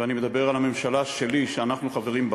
ואני מדבר על הממשלה שלי, שאנחנו חברים בה.